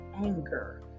anger